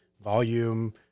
volume